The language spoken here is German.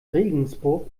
regensburg